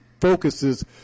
focuses